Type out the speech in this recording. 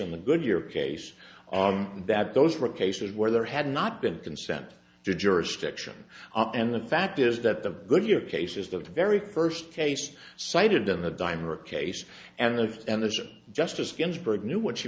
in the goodyear case that those were cases where there had not been consent to jurisdiction and the fact is that the goodyear case is the very first case cited in the dimer case and the anderson justice ginsburg knew what she